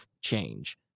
change